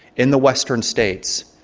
in the western states,